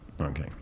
Okay